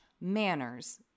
manners